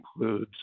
includes